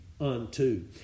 unto